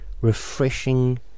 refreshing